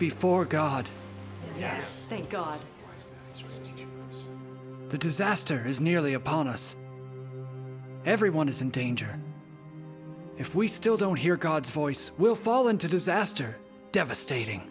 before god yes thank god the disaster is nearly upon us everyone is in danger if we still don't hear god's voice will fall into disaster devastating